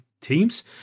teams